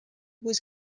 was